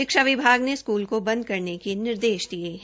शिक्षा विभाग ने स्कूल को बंद करने के निर्देश दिये है